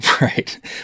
Right